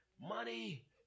Money